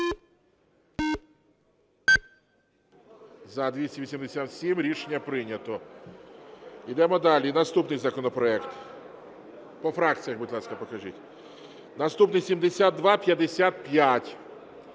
За-287 Рішення прийнято. Йдемо далі. Наступний законопроект. По фракціях, будь ласка, покажіть. Наступний 7255.